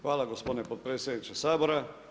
Hvala gospodine potpredsjedniče Sabora.